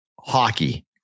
hockey